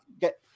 get